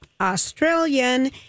Australian